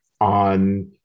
on